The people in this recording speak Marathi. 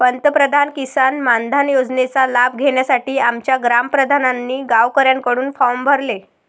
पंतप्रधान किसान मानधन योजनेचा लाभ घेण्यासाठी आमच्या ग्राम प्रधानांनी गावकऱ्यांकडून फॉर्म भरले